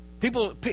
People